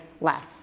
less